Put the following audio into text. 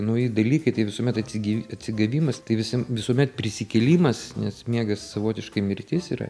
nauji dalykai tai visuomet atsigyvi atsigavimas tai visiem visuomet prisikėlimas nes miegas savotiškai mirtis yra